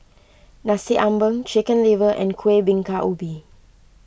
Nasi Ambeng Chicken Liver and Kuih Bingka Ubi